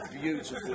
beautiful